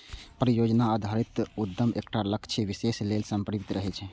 परियोजना आधारित उद्यम एकटा लक्ष्य विशेष लेल समर्पित रहै छै